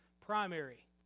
primary